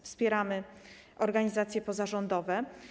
Wspieramy organizacje pozarządowe.